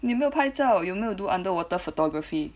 你没有拍照有没有 do underwater photography